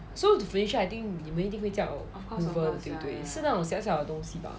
ya so the furniture I think 你们一定会叫 mover right 是那种小小的东西 bah